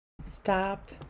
Stop